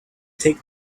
take